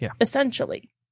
essentially